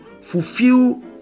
fulfill